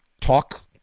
talk